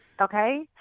Okay